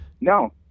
No